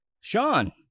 Sean